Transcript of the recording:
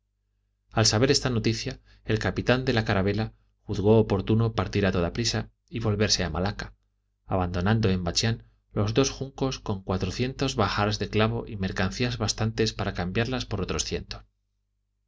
al saber esta noticia el capitán de la carabela juzgó oportuno partir a toda prisa y volverse a malaca abandonando en bachián los dos juncos con cuatrocientos bahars de clavos y mercancías bastantes para cambiarlas por otros